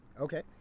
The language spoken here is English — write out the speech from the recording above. Okay